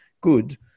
good